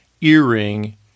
earring